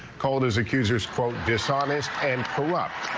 called his accusers for dishonest and corrupt.